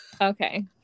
Okay